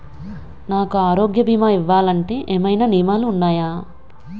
నాకు ఆరోగ్య భీమా ఇవ్వాలంటే ఏమైనా నియమాలు వున్నాయా?